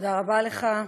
תודה רבה לך,